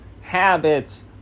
habits